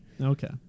Okay